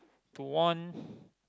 to warn